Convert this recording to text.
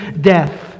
death